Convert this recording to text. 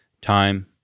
Time